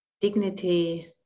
dignity